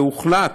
הוחלט,